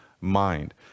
mind